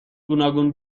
گوناگون